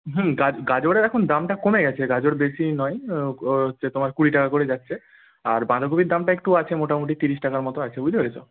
হুম গাজরের এখন দামটা কমে গেছে গাজর বেশি নয় হচ্ছে তোমার কুড়ি টাকা করে যাচ্ছে আর বাঁধাকপির দামটা একটু আছে মোটামুটি তিরিশ টাকা মতো আছে বুঝতে পেরেছো